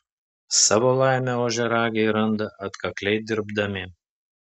savo laimę ožiaragiai randa atkakliai dirbdami